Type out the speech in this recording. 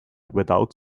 without